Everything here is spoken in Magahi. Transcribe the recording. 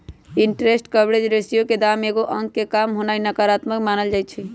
इंटरेस्ट कवरेज रेशियो के दाम एगो अंक से काम होनाइ नकारात्मक मानल जाइ छइ